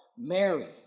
Mary